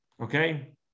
okay